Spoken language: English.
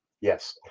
Yes